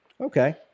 Okay